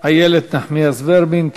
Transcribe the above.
איילת נחמיאס ורבין.